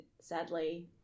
sadly